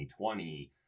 2020